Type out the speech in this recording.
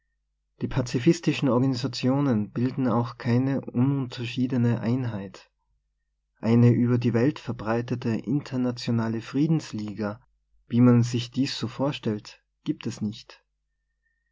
die pazifistischen organisationen bilden auch keine ununterschiedene einheit eine über die welt verbreitete internationale friedensliga wie man sich dies so vorstellt gibt es nicht